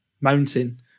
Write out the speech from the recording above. mountain